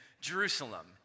Jerusalem